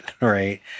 right